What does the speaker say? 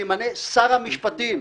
שימנה שר המשפטים.